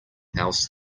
else